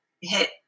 hit